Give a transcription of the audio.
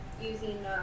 using